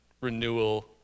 renewal